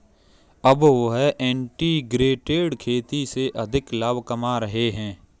अब वह इंटीग्रेटेड खेती से अधिक लाभ कमा रहे हैं